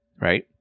right